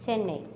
Chennai